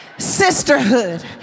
sisterhood